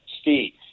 Steve